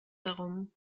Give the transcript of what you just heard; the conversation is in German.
darum